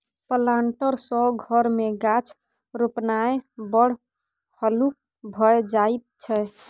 planter सँ घर मे गाछ रोपणाय बड़ हल्लुक भए जाइत छै